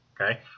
okay